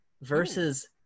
versus